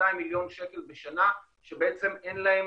200 מיליון שקל בשנה, שאין להם